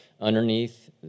underneath